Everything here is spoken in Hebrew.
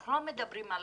אנחנו לא מדברים על